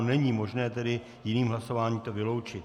Není možné tedy jiným hlasováním to vyloučit.